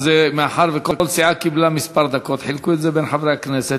מאחר שכל סיעה קיבלה כמה דקות חילקו אותן בין חברי הכנסת.